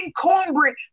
cornbread